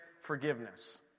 forgiveness